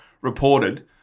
reported